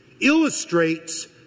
illustrates